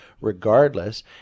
regardless